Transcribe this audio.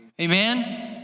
Amen